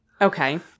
Okay